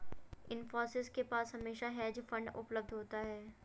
इन्फोसिस के पास हमेशा हेज फंड उपलब्ध होता है